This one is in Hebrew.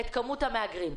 את מספר המהגרים.